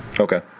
Okay